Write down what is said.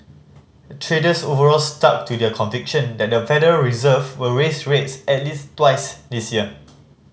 traders overall stuck to their conviction that the Federal Reserve will raise rates at least twice this year